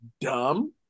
dumb